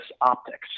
optics